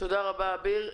תודה רבה, אביר.